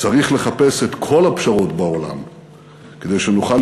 צריך לחפש את כל הפשרות בעולם כדי שנוכל